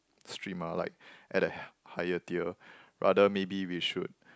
stream are like at a higher tier rather maybe we should